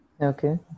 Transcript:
Okay